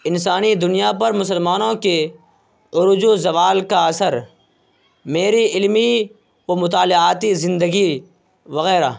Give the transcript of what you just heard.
انسانی دنیا پر مسلمانوں کے عروج و زوال کا اثر میری علمی و مطالعاتی زندگی وغیرہ